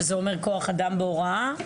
שזה אומר כוח אדם בהוראה.